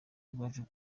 bwacu